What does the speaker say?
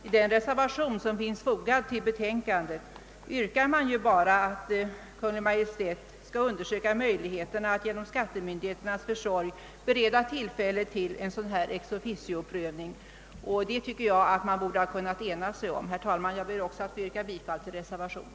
I den reservation som fogats till betänkandet yrkas därför bara att Kungl. Maj:t skall undersöka möjligheterna att genom skattemyndigheternas försorg bereda tillfälle till en ex officio-prövning, och härom borde man enligt min mening ha kunnat enas. Herr talman! Jag ber också att få yrka bifall till reservationen.